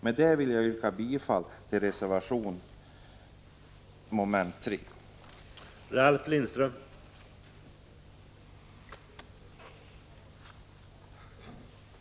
Med detta vill jag yrka bifall till reservationen under mom. 3.